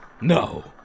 No